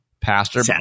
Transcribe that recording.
pastor